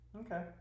Okay